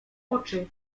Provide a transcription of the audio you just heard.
oczy